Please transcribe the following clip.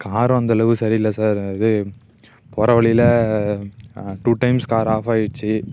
காரும் அந்தளவு சரியில்லை சார் இது போகிற வழியில் டூ டைம்ஸ் கார் ஆஃப் ஆயிடுச்சு